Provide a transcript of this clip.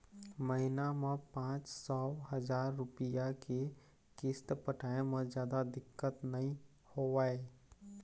महिना म पाँच सौ, हजार रूपिया के किस्त पटाए म जादा दिक्कत नइ होवय